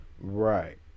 Right